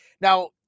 Now